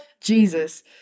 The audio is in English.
jesus